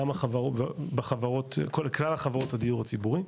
גם בחברות הדיור הציבורי,